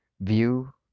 view